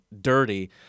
dirty